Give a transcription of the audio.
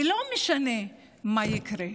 ולא משנה מה יקרה.